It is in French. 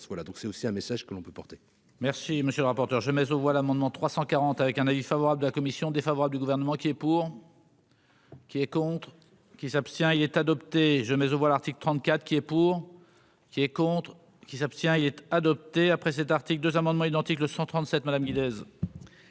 voilà donc c'est aussi un message que l'on peut porter. Merci, monsieur le rapporteur je mais aux voix l'amendement 340 avec un avis favorable de la commission défavorable du gouvernement qui est pour. Qui est contre qui s'abstient, il est adopté, je mais on voir l'article 34. Qui est pour, qui est contre. Qui s'abstient il être adopté après cet article, 2 amendements identiques, le 137 Madame Miller.